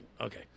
Okay